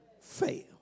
fail